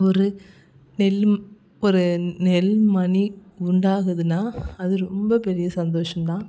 ஒரு நெல் ஒரு நெல் மணி உண்டாகுதுன்னால் அது ரொம்ப பெரிய சந்தோஷந்தான்